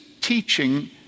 teaching